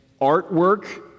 artwork